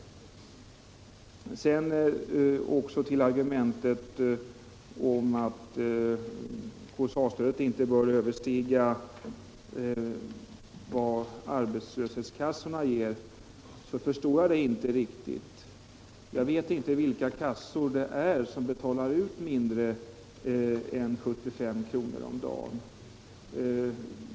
För att sedan återgå till argumentet, att stödet inte bör överstiga vad arbetslöshetskassorna ger, vill jag säga att jag inte riktigt förstår det. Jag vet inte vilka kassor det är som betalar ut mindre än 75 kr. om dagen.